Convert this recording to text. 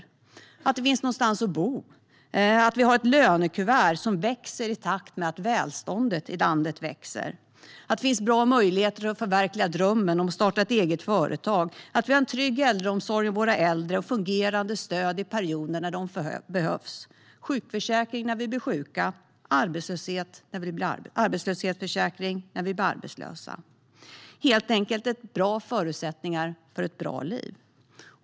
Det handlar om att det finns någonstans att bo, att lönekuvertet växer i takt med att välståndet i landet växer, att det finns bra möjligheter att förverkliga drömmen om att starta ett eget företag, att vi har en trygg omsorg om våra äldre och fungerande stöd i perioder när det behövs, att vi har sjukförsäkring när vi blir sjuka och arbetslöshetsförsäkring när vi blir arbetslösa. Det handlar helt enkelt om bra förutsättningar för ett bra liv.